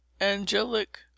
angelic